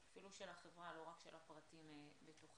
אפילו של החברה ולא רק הפרטים מתוכה.